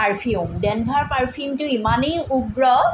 perfume Denver পাৰফিউমটো ইমানেই উগ্ৰ